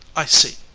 i see.